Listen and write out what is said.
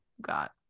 got